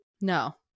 No